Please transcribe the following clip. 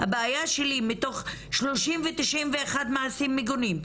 הבעיה שלי היא מתוך 30 ו-91 מעשים מגונים,